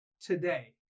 today